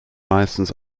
meistens